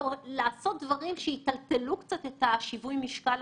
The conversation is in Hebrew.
למרות שאין לי להמציא לך דוח פורמאלי שמתעד את הדבר הזה,